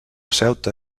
ceuta